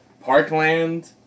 Parkland